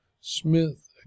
Smith